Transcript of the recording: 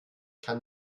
kann